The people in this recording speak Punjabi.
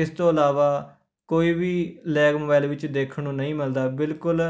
ਇਸ ਤੋਂ ਇਲਾਵਾ ਕੋਈ ਵੀ ਲੈਗ ਮੋਬਾਇਲ ਵਿੱਚ ਦੇਖਣ ਨੂੰ ਨਹੀਂ ਮਿਲਦਾ ਬਿਲਕੁਲ